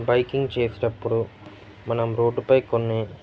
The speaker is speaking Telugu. బైకింగ్ చేసేటప్పుడు మనం రోడ్డుపై కొన్ని